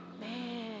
Man